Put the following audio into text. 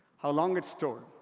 how long it's stored,